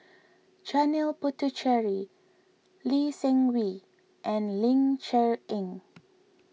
Janil Puthucheary Lee Seng Wee and Ling Cher Eng